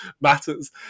matters